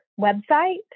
website